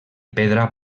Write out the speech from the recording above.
pedra